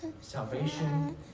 salvation